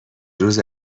روز